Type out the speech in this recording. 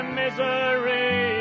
misery